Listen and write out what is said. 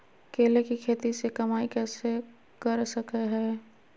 केले के खेती से कमाई कैसे कर सकय हयय?